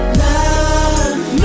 love